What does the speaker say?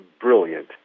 brilliant